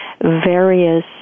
various